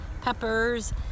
peppers